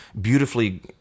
beautifully